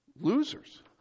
losers